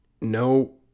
no